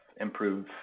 improve